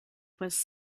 was